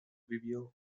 vivió